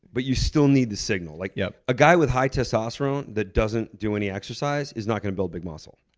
but you still need the signal. like yeah a guy with high testosterone that doesn't do any exercise is not gonna build big muscle.